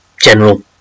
general